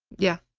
yeah.